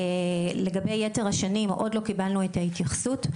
לגבי יתר השנים עוד לא קיבלנו את ההתייחסות,